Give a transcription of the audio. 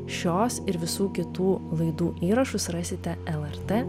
šios ir visų kitų laidų įrašus rasite lrt